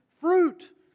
Fruit